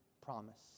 promise